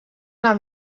una